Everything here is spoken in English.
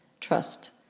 trust